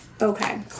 Okay